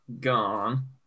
gone